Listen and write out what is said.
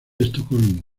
estocolmo